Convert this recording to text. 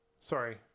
Sorry